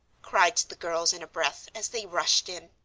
cried the girls in a breath, as they rushed in.